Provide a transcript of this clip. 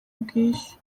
ubwishyu